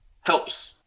Helps